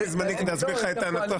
קורה.